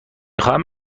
خواهم